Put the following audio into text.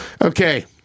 Okay